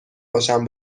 باشم